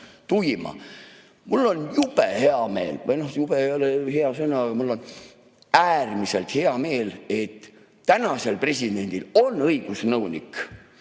on jube hea meel, või noh, "jube" ei ole ju hea sõna, aga mul on äärmiselt hea meel, et tänasel presidendil on õigusnõunik,